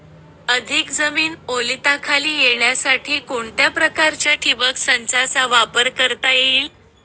अधिक जमीन ओलिताखाली येण्यासाठी कोणत्या प्रकारच्या ठिबक संचाचा वापर करता येईल?